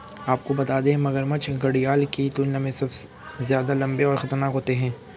आपको बता दें, मगरमच्छ घड़ियाल की तुलना में ज्यादा लम्बे और खतरनाक होते हैं